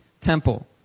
Temple